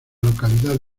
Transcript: localidad